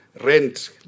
rent